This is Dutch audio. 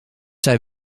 zij